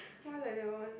why like that one